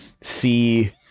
see